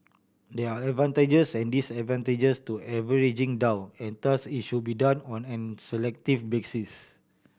there are advantages and disadvantages to averaging down and thus it should be done on an selective basis